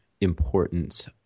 importance